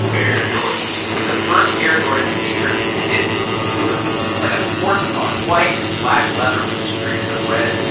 um air jordan it was the first air jordan sneaker, and it was beautiful. it looked like a sports car white and black leather with streaks of red.